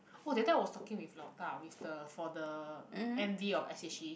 oh that time I was talking with 老大 with the for the m_v of s_h_e